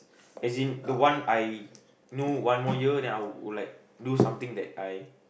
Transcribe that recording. as in the one I know one more year then I would like do something that I